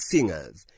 Singers